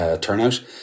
turnout